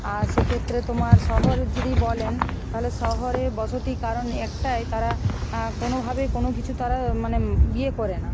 আর সেক্ষেত্রে তোমার শহরের যদি বলেন তাহলে শহরে বসতি কারণে একটাই তারা কোনোভাবেই কোনো কিছু তারা মানে বিয়ে করে না